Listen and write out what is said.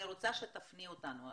אני רוצה שתפני אותנו,